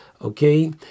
Okay